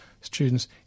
students